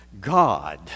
God